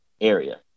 area